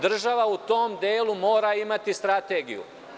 Država u tom delu mora imati strategiju.